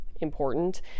important